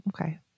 okay